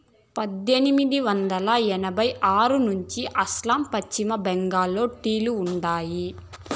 పద్దెనిమిది వందల ఎనభై ఆరు నుంచే అస్సాం, పశ్చిమ బెంగాల్లో టీ లు ఉండాయి